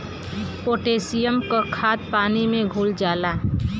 potassium क खाद पानी में घुल जाला